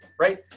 right